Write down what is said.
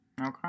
Okay